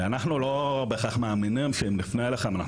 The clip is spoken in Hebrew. אנחנו לא בהכרח מאמינים שאם נפנה אליכם אנחנו